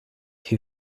who